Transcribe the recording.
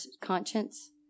conscience